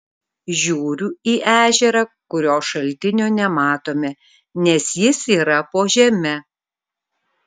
žiūriu į ežerą kurio šaltinio nematome nes jis yra po žeme